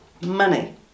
money